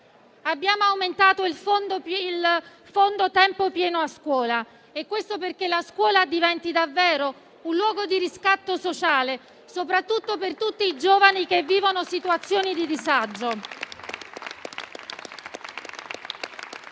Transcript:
Abbiamo aumentato il fondo tempo pieno a scuola e questo perché la scuola diventi davvero un luogo di riscatto sociale, soprattutto per tutti i giovani che vivono situazioni di disagio.